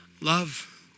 Love